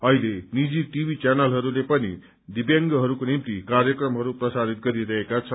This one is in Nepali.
अहिले निजी टिभी च्यानलहरूले पनि दिव्यांगहरूको निम्ति कार्यक्रमहरू प्रसारण गरिरहेका छन्